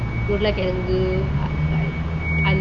உருளைக்கிழங்கு:urulakezhangu but like onion